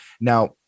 now